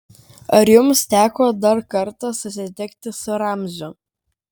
ar jums teko dar kartą susitikti su ramziu